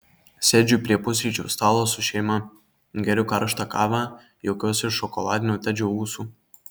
sėdžiu prie pusryčių stalo su šeima geriu karštą kavą juokiuosi iš šokoladinių tedžio ūsų